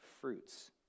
fruits